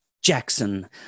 Jackson